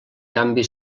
canvi